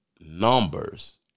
numbers